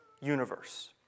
universe